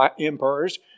emperors